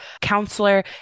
counselor